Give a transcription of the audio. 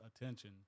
attention